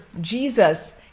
Jesus